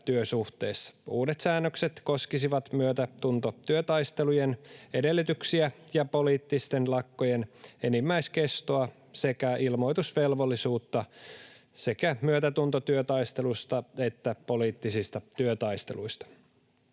Uudet säännökset koskisivat myötätuntotyötaistelujen edellytyksiä ja poliittisten lakkojen enimmäiskestoa sekä ilmoitusvelvollisuutta sekä myötätuntotyötaistelusta että poliittisista työtaisteluista.